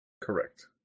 Correct